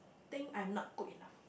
think I'm not good enough